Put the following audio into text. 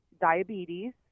diabetes